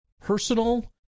personal